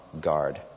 guard